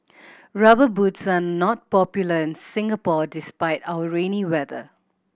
Rubber Boots are not popular in Singapore despite our rainy weather